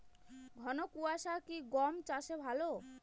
ঘন কোয়াশা কি গম চাষে ভালো?